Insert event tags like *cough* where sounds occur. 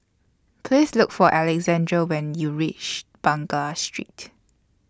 Please Look For Alexandra when YOU REACH *unintelligible* Street